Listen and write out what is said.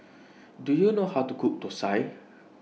Do YOU know How to Cook Thosai